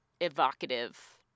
evocative